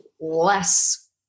less